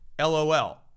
LOL